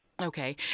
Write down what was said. Okay